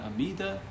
Amida